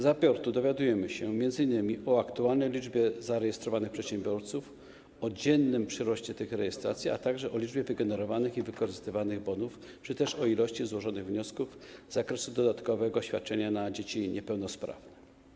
Z raportów dowiadujemy się m.in. o aktualnej liczbie zarejestrowanych przedsiębiorców, o dziennym przyroście tych rejestracji, a także o liczbie wygenerowanych i wykorzystywanych bonów czy też o ilości złożonych wniosków z zakresu dodatkowego świadczenia dla dzieci niepełnosprawnych.